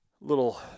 little